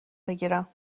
بگیرم